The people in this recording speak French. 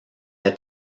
est